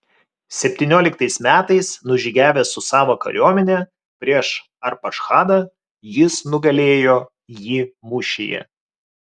septynioliktais metais nužygiavęs su savo kariuomene prieš arpachšadą jis nugalėjo jį mūšyje